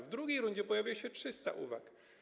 W drugiej rundzie pojawiło się 300 uwag.